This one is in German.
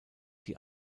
die